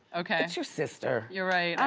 okay. its your sister. you're right,